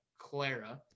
Clara